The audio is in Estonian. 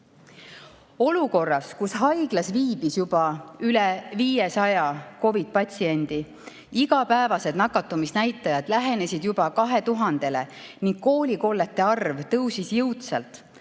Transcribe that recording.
viirus. Olukorras, kus haiglas viibis juba üle 500 COVID-patsiendi, igapäevased nakatumisnäitajad lähenesid 2000-le ning koolikollete arv tõusis jõudsalt,